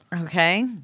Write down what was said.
Okay